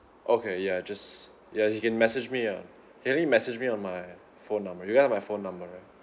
okay yeah just yeah he can message me uh can he message me on my phone number you have my phone number right